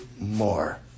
more